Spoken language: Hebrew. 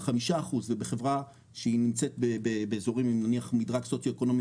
חמישה אחוז ובחברה שהיא נמצאת באזורים ממדרג סוציו אקונומי